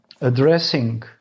addressing